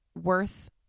worth